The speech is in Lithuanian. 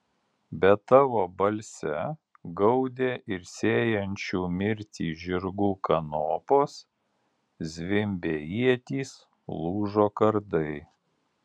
bet tavo balse gaudė ir sėjančių mirtį žirgų kanopos zvimbė ietys lūžo kardai